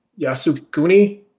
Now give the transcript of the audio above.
Yasukuni